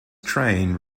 train